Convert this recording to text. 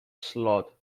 slot